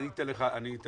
אני אתן לך לדבר,